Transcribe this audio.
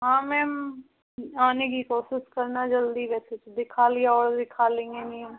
हाँ मैम आने की कोशिश करना जल्दी वैसे तो दिखा लिया और दिखा देंगे